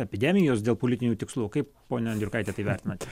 epidemijos dėl politinių tikslų kaip pone endriukaiti tai vertinate